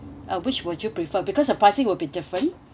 uh which would you prefer because the pricing will be different